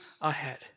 ahead